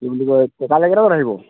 কি বুলি কয় কাইলে কেইটা বজাত আহিব